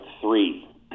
three